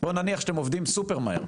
בואו נניח שאתם עובדים סופר מהר.